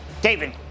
David